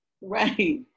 Right